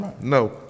No